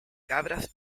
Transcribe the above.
cabras